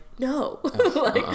no